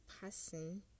person